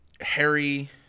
Harry